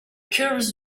curves